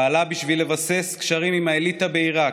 פעלה בשביל לבסס קשרים עם האליטה בעיראק,